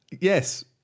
Yes